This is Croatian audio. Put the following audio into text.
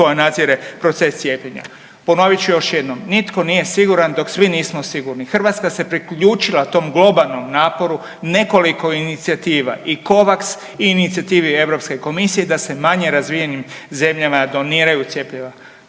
koja nadzire proces cijepljenja. Ponovit ću još jednom, nitko nije siguran dok svi nismo sigurni. Hrvatska se priključila tom globalnom naporu nekoliko inicijativa i Covax i inicijativi EU komisije da se manje razvijenih zemljama doniraju cjepiva.